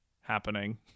happening